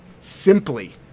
simply